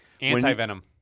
Anti-venom